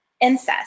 incest